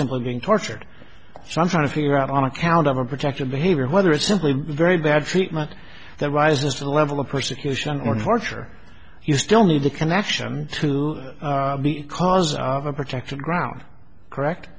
simply being tortured so i'm trying to figure out on account of a protected behavior whether it's simply a very bad treatment that rises to the level of persecution or torture you still need the connection to the cause of a protected ground correct